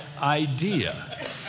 idea